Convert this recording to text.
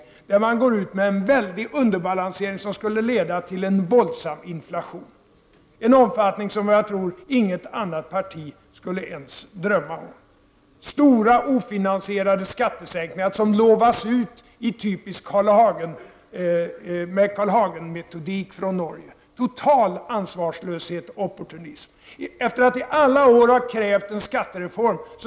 Moderaterna förespråkar en väldig underbalansering som skulle leda till en våldsam inflation, underbalansering i en omfattning som jag tror att inget annat parti skulle ens drömma om. Stora, ofinansierade skattesänkningar lovas ut med Carl I Hagen-metodik från Norge — total ansvarslöshet och opportunism! I alla år har moderaterna krävt en skattereform.